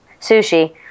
sushi